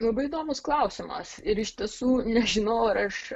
labai įdomus klausimas ir iš tiesų nežinau ar aš